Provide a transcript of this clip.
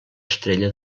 estrella